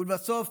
ולבסוף,